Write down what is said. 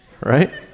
Right